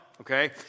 okay